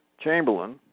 Chamberlain